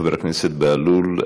חבר הכנסת בהלול,